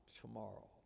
tomorrow